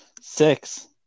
Six